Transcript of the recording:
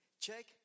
check